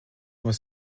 muss